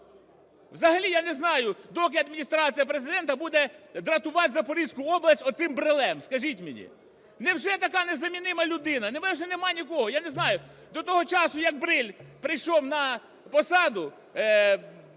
Взагалі я не знаю, доки Адміністрація Президента буде дратувати Запорізьку область оцим Брилем, скажіть мені? Невже така незамінима людина? Невже нема нікого? Я не знаю, до того часу, як Бриль прийшов на посаду,